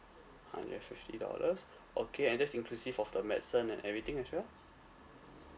hundred and fifty dollars okay and that's inclusive of the medicine and everything as well